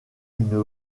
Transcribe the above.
une